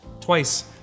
twice